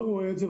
לא רואה את זה.